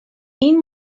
این